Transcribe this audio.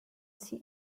see